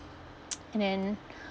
and then